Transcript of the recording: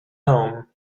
home